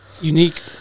unique